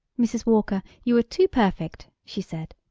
mrs. walker, you are too perfect, she said.